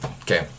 okay